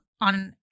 on